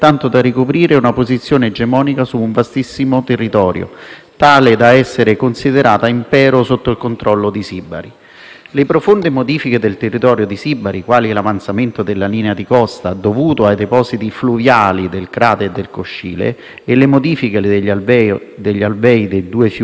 tale da essere considerata impero sotto il controllo di Sibari. Le profonde modifiche del territorio di Sibari, quali l'avanzamento della linea di costa, dovuto ai depositi fluviali del Crati e del Coscile, e le modifiche degli alvei dei due fiumi avevano nei secoli reso difficile la ricerca archeologica.